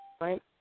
right